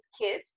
kid